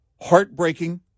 heartbreaking